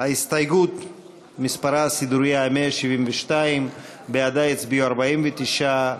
ההסתייגות מספרה הסידורי היה 172. בעדה הצביעו 49,